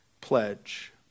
pledge